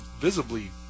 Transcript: visibly